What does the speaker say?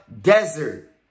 Desert